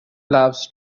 loves